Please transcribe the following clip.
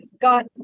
got